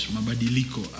Mabadiliko